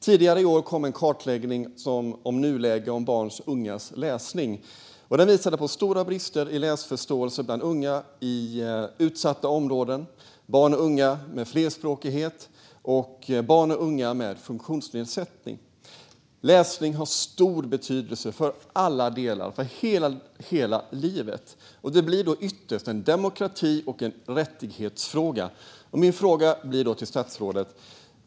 Tidigare i år kom en kartläggning av barns och ungas läsning i nuläget, och den visade på stora brister i läsförståelse bland unga i utsatta områden, barn och unga med flerspråkighet och barn och unga med funktionsnedsättning. Läsning har stor betydelse för alla delar av livet. Det är därför ytterst en demokrati och rättighetsfråga.